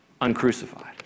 uncrucified